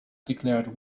declared